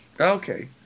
Okay